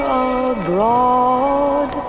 abroad